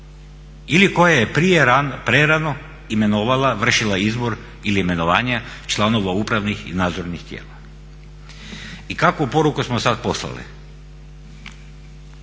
ili koja je prerano imenovala, vršila izbor ili imenovanje članova upravnih i nadzornih tijela. I kakvu poruku smo sad poslali?